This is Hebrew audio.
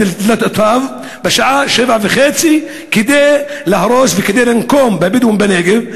דלתותיו בשעה 07:30 כדי להרוס וכדי לנקום בבדואים בנגב,